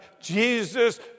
Jesus